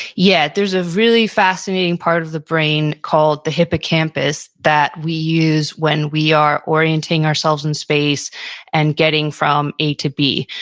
yeah. there's a really fascinating part of the brain called the hippocampus that we use when we are orienting ourselves in space and getting from a to b.